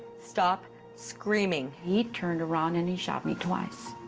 stop screaming. he turned around and he shot me twice.